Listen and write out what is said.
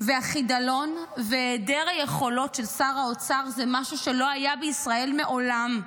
והחידלון והיעדר היכולות של שר האוצר זה משהו שלא היה בישראל מעולם.